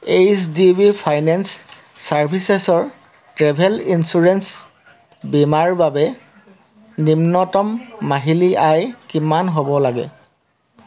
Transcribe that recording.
H D B finance চাৰ্ভিচেছৰ travel insurance বীমাৰ বাবে নিম্নতম মাহিলী আয় কিমান হ'ব লাগে